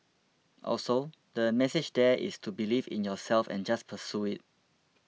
also the message there is to believe in yourself and just pursue it